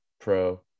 pro